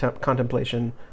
contemplation